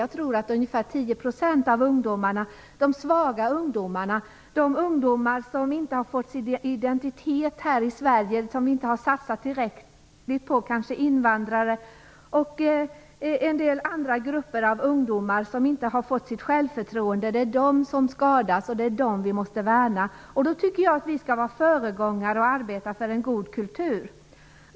Jag tror att det är ungefär 10 % av ungdomarna - de svaga, de som inte har fått en identitet här i Sverige och som vi inte har satsat tillräckligt på; kanske invandrare och en del andra grupper av ungdomar som inte har fått ett självförtroende - som skadas och som vi måste värna. Då tycker jag att vi skall vara föregångare och arbeta för en god kultur.